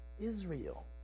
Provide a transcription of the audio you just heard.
israel